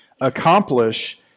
accomplish